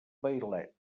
vailet